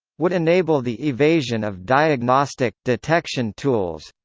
would enable the evasion of diagnostic detection tools